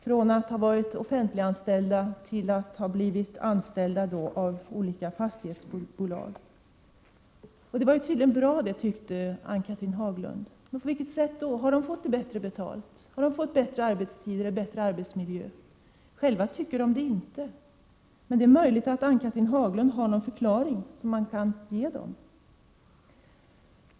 Från att ha varit offentliganställda har de blivit anställda av olika fastighetsbolag. Det var tydligen bra, tyckte Ann-Cathrine Haglund. På vilket sätt då? Har de fått bättre betalt, bättre arbetstider och bättre arbetsmiljö? Själva tycker de inte det. Men det är möjligt att Ann-Cathrine Haglund har någon förklaring som man kan ge dem.